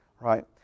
right